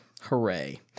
Hooray